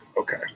Okay